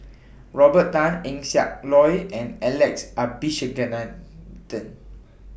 Robert Tan Eng Siak Loy and Alex Abisheganaden